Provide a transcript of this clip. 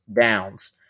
downs